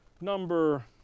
number